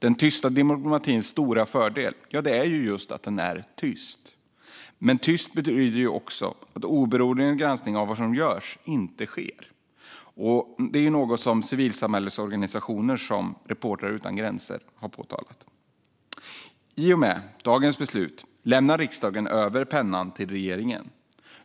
Den tysta diplomatins stora fördel är just att den är tyst, men tyst betyder också att en oberoende granskning av vad som görs inte sker. Det är något som civilsamhällesorganisationer, som Reportrar utan gränser, har påtalat. I och med dagens beslut lämnar riksdagen över pennan till regeringen.